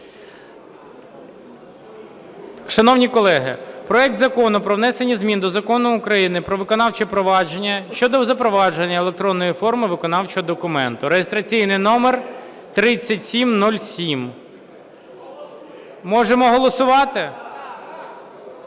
Шановні колеги, проект Закону про внесення змін до Закону України "Про виконавче провадження" щодо запровадження електронної форми виконавчого документу (реєстраційний номер 3707). Можемо голосувати?